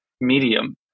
medium